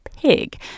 pig